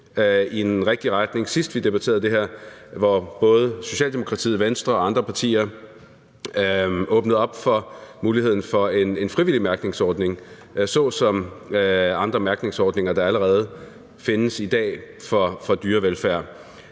i den rigtige retning. Sidst vi debatterede det her, åbnede både Socialdemokratiet, Venstre og andre partier op for muligheden for en frivillig mærkningsordning – på samme måde som med andre mærkningsordninger for dyrevelfærd,